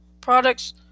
products